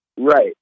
Right